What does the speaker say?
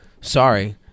sorry